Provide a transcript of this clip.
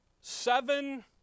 seven